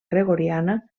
gregoriana